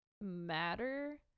matter